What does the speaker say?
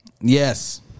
Yes